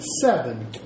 seven